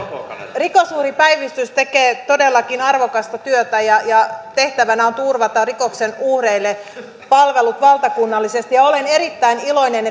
rikosuhripäivystys tekee todellakin arvokasta työtä ja ja sen tehtävänä on turvata rikoksen uhreille palvelut valtakunnallisesti olen erittäin iloinen